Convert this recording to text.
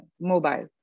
mobile